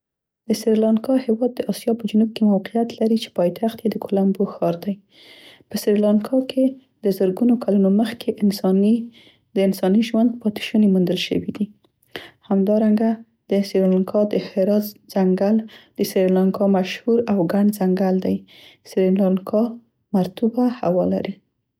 د سریلانکا هیواد د اسیا په جنوب کې موقعیت لري چې پایتخت یې د کولمبو ښار دی. په سریلانکا کې د زرګونو کلونو مخکې انساني، د انساني ژوند پاتې شوني موندل شوي دي. همدارنګه د سریلانکا د حرا ځنګل د سریلانکا مشهور او ګڼ ځنګل دی. سریلانکا مرطوبه هوا لري.